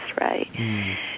right